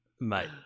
mate